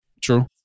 true